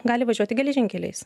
gali važiuoti geležinkeliais